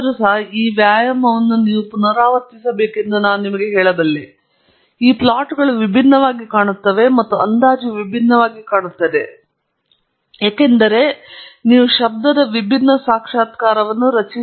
ಈ ವ್ಯಾಯಾಮವನ್ನು ನೀವು ಪುನರಾವರ್ತಿಸಬೇಕೆಂದು ನಾನು ನಿಮಗೆ ಹೇಳಬಲ್ಲೆ ಈ ಪ್ಲಾಟ್ಗಳು ವಿಭಿನ್ನವಾಗಿ ಕಾಣುತ್ತವೆ ಮತ್ತು ಅಂದಾಜು ವಿಭಿನ್ನವಾಗಿ ಕಾಣುತ್ತದೆ ಏಕೆಂದರೆ ನೀವು ಶಬ್ದದ ವಿಭಿನ್ನ ಸಾಕ್ಷಾತ್ಕಾರವನ್ನು ರಚಿಸುತ್ತೀರಿ